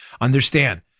Understand